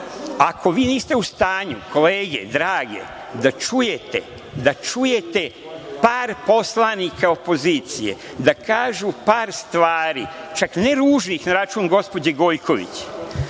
ako vi niste u stanju, kolege drage, da čujete par poslanika opozicije da kažu par stvari, čak ne ružnih, na račun gospođe Gojković,